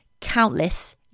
countless